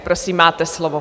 Prosím, máte slovo.